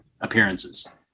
appearances